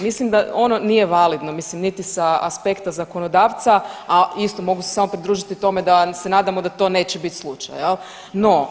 Mislim da ono nije validno mislim niti sa aspekta zakonodavca, a isto mogu se samo pridružiti tome da se nadamo da to neće bit slučaj, jel.